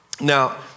Now